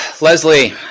Leslie